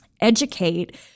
educate